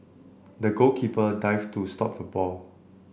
the goalkeeper dived to stop the ball